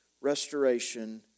restoration